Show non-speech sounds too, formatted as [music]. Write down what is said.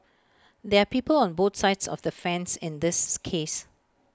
there are people on both sides of the fence in this [noise] case